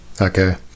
Okay